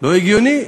לא הגיוני.